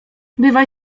bywaj